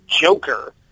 Joker